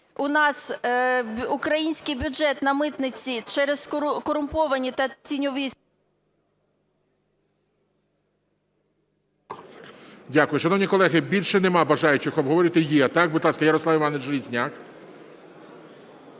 у нас український бюджет на митниці через корумповані… ГОЛОВУЮЧИЙ. Дякую. Шановні колеги, більше нема бажаючих обговорити? Є. Будь ласка, Ярослав Іванович